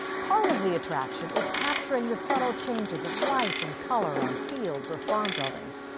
part of the attraction is capturing the subtle changes of light and color on fields or farm buildings.